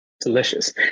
delicious